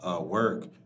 work